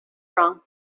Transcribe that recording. wrong